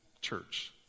church